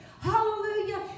Hallelujah